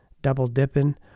double-dipping